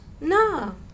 No